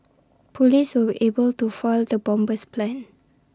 Police were able to foil the bomber's plans